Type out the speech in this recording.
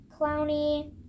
Clowny